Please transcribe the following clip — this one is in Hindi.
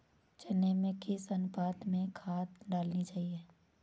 चने में किस अनुपात में खाद डालनी चाहिए?